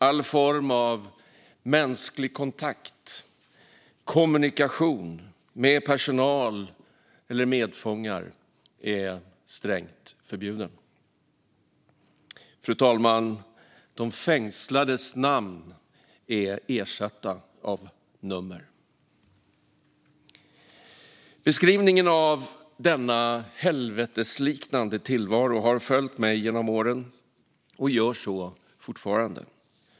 Alla former av mänsklig kontakt och kommunikation med personal eller medfångar är strängt förbjuden. De fängslades namn är ersatta med nummer. Fru talman! Beskrivningen av denna helvetesliknande tillvaro har följt mig genom åren och gör så fortfarande.